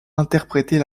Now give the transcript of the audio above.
interpréter